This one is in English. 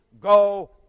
go